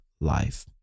life